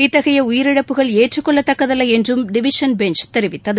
இத்தகைய உயிரிழப்புகள் ஏற்றுக்கொள்ளத்தக்கதல்ல என்றும் டிவிஷன் பெஞ்ச் தெரிவித்தது